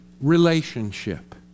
relationship